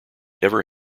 ever